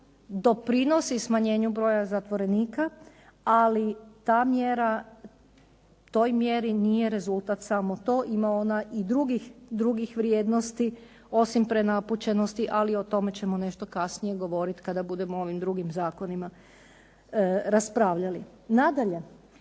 doprinosi smanjenju broja zatvorenika, ali toj mjeri nije rezultat samo to, ima ona i drugih vrijednosti osim prenapučenosti, ali o tome ćemo nešto kasnije govoriti kada budemo o ovim drugim zakonima raspravljali. Nadalje,